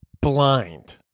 blind